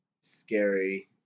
scary